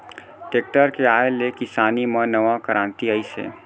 tractor के आए ले किसानी म नवा करांति आइस हे